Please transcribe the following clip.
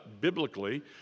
biblically